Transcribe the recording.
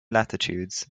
latitudes